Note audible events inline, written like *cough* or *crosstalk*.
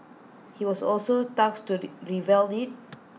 he was also *unintelligible* to *hesitation* revamp IT